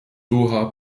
doha